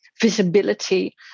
visibility